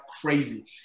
crazy